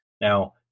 Now